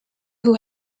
who